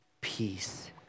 peace